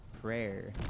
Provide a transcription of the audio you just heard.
prayer